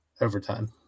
overtime